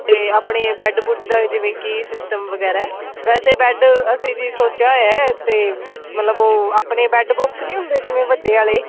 ਅਤੇ ਆਪਣੇ ਬੈਡ ਬੁੱਡ ਦਾ ਜਿਵੇਂ ਕੀ ਸਿਸਟਮ ਵਗੈਰਾ ਹੈ ਵੈਸੇ ਬੈਡ ਅਸੀਂ ਜੀ ਸੋਚਿਆ ਹੋਇਆ ਤਾਂ ਮਤਲਬ ਉਹ ਆਪਣੇ ਬੈਡ ਬੋਕਸ ਨਹੀਂ ਹੁੰਦੇ ਜਿਵੇਂ ਵੱਡੇ ਵਾਲੇ